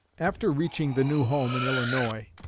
after reaching the new home in illinois,